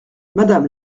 madame